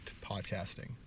podcasting